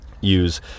use